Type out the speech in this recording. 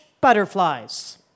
butterflies